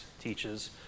teaches